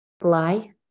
Lie